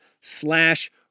slash